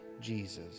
Jesus